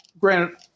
Granted